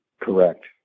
Correct